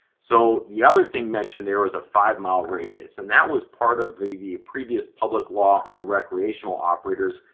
so the other thing mentioned there was a five-mile radius, and that was part of the the previous public law on recreational operators.